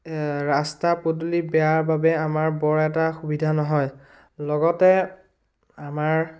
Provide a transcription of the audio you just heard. ৰাস্তা পদূলি বেয়া বাবে আমাৰ বৰ এটা সুবিধা নহয় লগতে আমাৰ